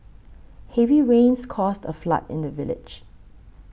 heavy rains caused a flood in the village